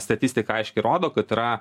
statistika aiškiai rodo kad yra